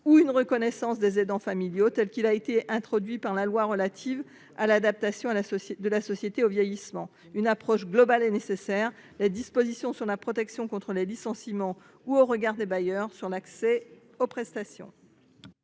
ou d’une reconnaissance des aidants familiaux, tel qu’il a été introduit par la loi relative à l’adaptation de la société au vieillissement. Une approche globale est nécessaire : il convient d’améliorer les dispositions sur la protection contre les licenciements et, au regard des bailleurs, sur l’accès aux prestations.